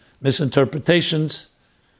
misinterpretations